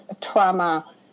trauma